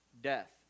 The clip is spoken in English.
death